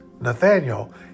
Nathaniel